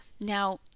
Now